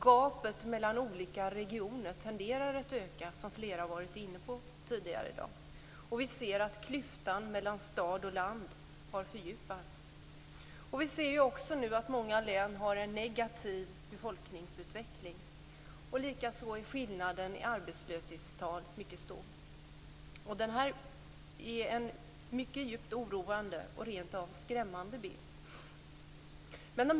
Gapet mellan olika regioner tenderar att öka, vilket flera varit inne på tidigare i dag. Vi ser att klyftan mellan stad och land har fördjupats. Vi ser också att många län har en negativ befolkningsutveckling. Skillnaden i arbetslöshetstal är också mycket stor. Det är en djupt oroande och rent av skrämmande bild.